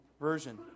Version